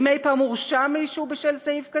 האם אי-פעם הורשע מישהו בשל סעיף כזה?